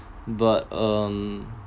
but um